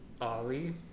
Ali